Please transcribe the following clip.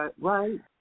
right